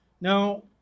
now